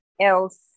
else